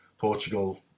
Portugal